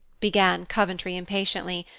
began coventry impatiently,